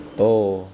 oh